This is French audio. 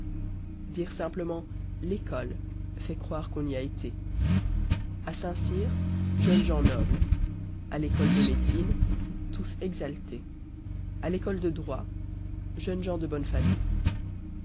dire simplement l'ecole fait accroire qu'on y a été a saint-cyr jeunes gens nobles a l'ecole de médecine tous exaltés a l'ecole de droit jeunes gens de bonne famille